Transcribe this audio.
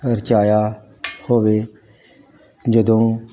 ਰਚਾਇਆ ਹੋਵੇ ਜਦੋਂ